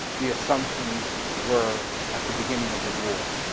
the assumptions were at the beginning of the war,